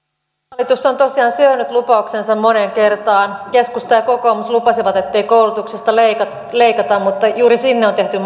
hallitus on tosiaan syönyt lupauksensa moneen kertaan keskusta ja kokoomus lupasivat ettei koulutuksesta leikata leikata mutta juuri sinne on tehty